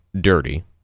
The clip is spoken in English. dirty